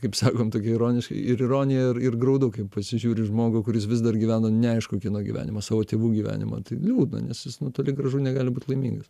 kaip sakom tokia ironiškai ir ironija ir ir graudu kai pasižiūri į žmogų kuris vis dar gyvena neaišku kieno gyvenimą savo tėvų gyvenimą tai liūdna nes jis toli gražu negali būt laimingas